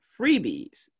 freebies